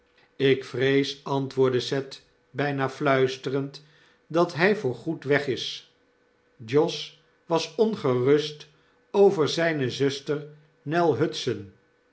ik vrees antwoordde seth bpa fluisterend dat hy voorgoed weg is josh was ongerust over zpe zuster nell hudson